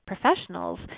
professionals